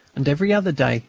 and every other day,